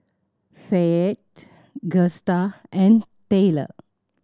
Fayette Gusta and Tayler